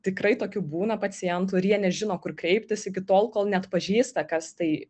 tikrai tokių būna pacientų ir jie nežino kur kreiptis iki tol kol neatpažįsta kas tai